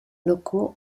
locaux